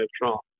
Trump